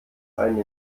einen